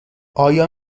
آیا